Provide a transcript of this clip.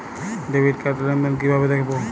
Debit card র লেনদেন কিভাবে দেখবো?